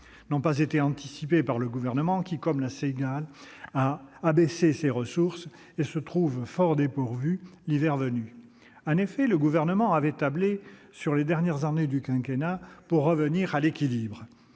n'ont pas été anticipés par le Gouvernement, qui, comme la cigale, a réduit ses ressources, se trouvant fort dépourvu l'hiver venu. En effet, le Gouvernement avait tablé sur les dernières années du quinquennat pour revenir à l'équilibre,